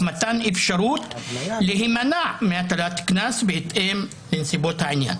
מתן אפשרות להימנע מהטלת קנס בהתאם לנסיבות העניין.